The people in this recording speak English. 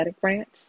branch